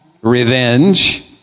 Revenge